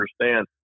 understand